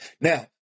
Now